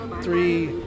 three